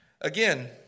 again